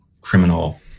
criminal